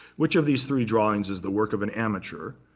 which of these three drawings is the work of an amateur,